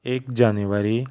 एक जानेवरी